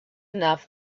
enough